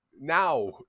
Now